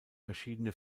verschiedene